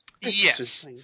Yes